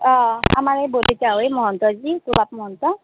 অঁ আমাৰ এই বৰদিতা হয় এই মহন্ত যি গোলাপ মহন্ত